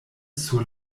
sur